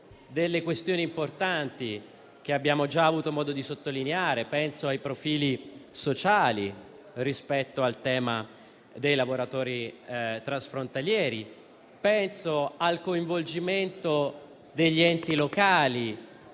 questioni importanti, che abbiamo già avuto modo di sottolineare. Penso ai profili sociali rispetto al tema dei lavoratori transfrontalieri; penso al coinvolgimento degli enti locali,